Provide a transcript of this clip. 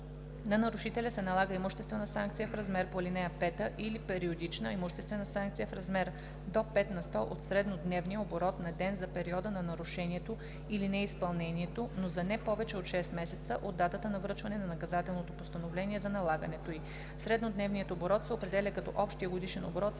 на нарушителя се налага имуществена санкция в размера по ал. 5 или периодична имуществена санкция в размер до 5 на сто от среднодневния оборот на ден за периода на нарушението или неизпълнението, но за не-повече от 6 месеца от датата на връчване на наказателното постановление за налагането ѝ. Среднодневният оборот се определя, като общият годишен оборот съгласно